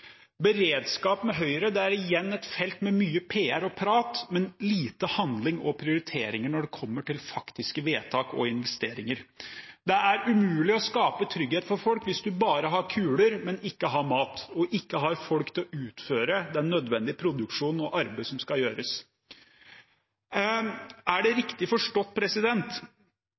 Beredskap med Høyre er igjen et felt med mye PR og prat, men med lite handling og prioritering når det kommer til faktiske vedtak og investeringer. Det er umulig å skape trygghet for folk hvis man bare har kuler, men ikke har mat og ikke har folk til å utføre den nødvendige produksjonen og arbeidet som skal gjøres. Er det riktig forstått